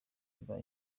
iba